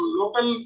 local